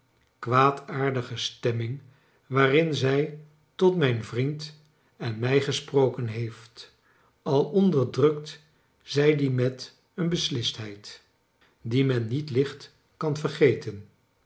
kwaadaardige stemming waarin zij tot mijn vriend en mij gesproken heeft al onderdrukt zij die met een beslistheid die men niet licht kan vergeten